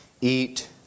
eat